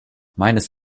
meines